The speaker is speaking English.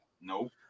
Nope